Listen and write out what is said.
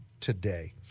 today